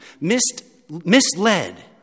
misled